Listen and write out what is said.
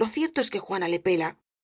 lo cierto es que juana le pela